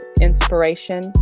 inspiration